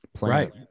right